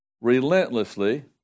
relentlessly